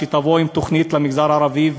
שתבוא עם תוכנית למגזר הערבי.